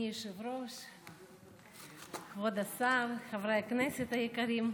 אדוני היושב-ראש, כבוד השר, חברי הכנסת היקרים,